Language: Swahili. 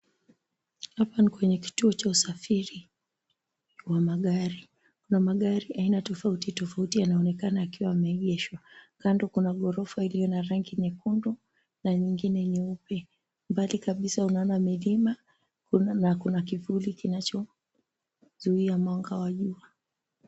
Hapa ni kwenye kituo cha usafiri, wa magari, na magari aina tofauti tofauti yanaonekana yakiwa yameegeshwa. Kando kuna ghorofa iliyo na rangi nyekundu na nyingine nyeupe. Mbali kabisa unaona milima, na kuna kivuli kinachozuia mwanga wa jua.